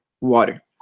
water